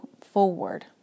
forward